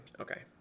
okay